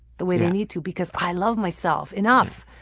the way they need to because i love myself enough.